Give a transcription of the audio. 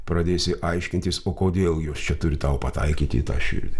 pradėsi aiškintis kodėl jos čia turi tau pataikyt į tą širdį